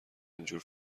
اینجور